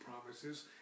promises